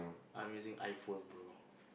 I'm using iPhone bro